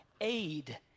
aid